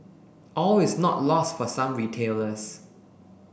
all is not lost for some retailers